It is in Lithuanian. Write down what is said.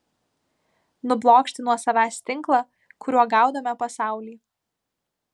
nublokšti nuo savęs tinklą kuriuo gaudome pasaulį